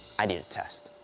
i need a test.